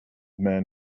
man